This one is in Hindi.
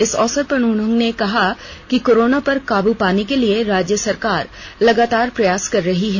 इस अवसर उन्होंने कहा कि कोरोना पर काबू पाने के लिए राज्य सरकार लगातार प्रयास कर रही है